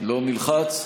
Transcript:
לא נלחץ?